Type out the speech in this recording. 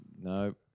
No